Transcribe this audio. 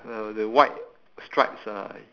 uh the white stripes are like